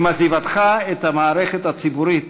עם עזיבתך את המערכת הציבורית